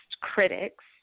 critics